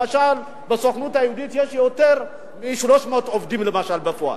למשל בסוכנות היהודית יש יותר מ-300 עובדים בפועל.